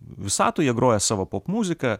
visatoj jie groja savo popmuziką